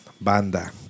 banda